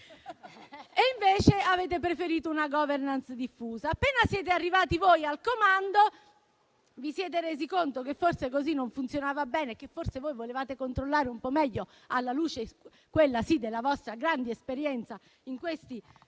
E invece, avete preferito una *governance* diffusa. Appena siete arrivati voi al comando, vi siete resi conto che forse così non funzionava bene e che forse volevate controllare un po' meglio, alla luce, quella sì, della vostra grande esperienza in questi